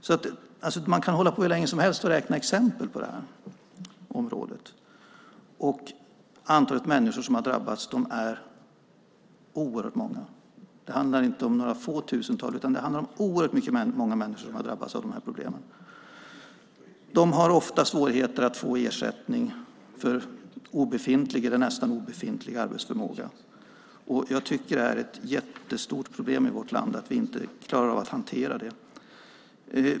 Man kan alltså hålla på hur länge som helst och räkna upp exempel på det här området, och antalet människor som har drabbats är oerhört stort. Det handlar inte om några få tusental, utan det handlar om oerhört många människor som har drabbats av de här problemen. De har ofta svårigheter att få ersättning för obefintlig eller nästan obefintlig arbetsförmåga. Jag tycker att det är ett jättestort problem i vårt land att vi inte klarar av att hantera det.